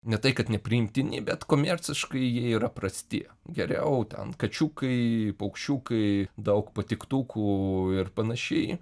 ne tai kad nepriimtini bet komerciškai jie yra prasti geriau ten kačiukai paukščiukai daug patiktukų ir panašiai